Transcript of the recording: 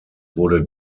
wurde